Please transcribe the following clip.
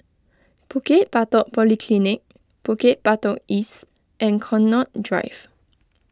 Bukit Batok Polyclinic Bukit Batok East and Connaught Drive